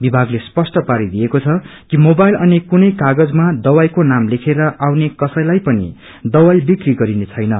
विभागले स्पष्ट पारिदिएको छ कि मोबाइल अनि कुनै कागजमा दवाईको नाम लेखेर आउने कसैलाई पनि दवाई बिक्री गरिने छैन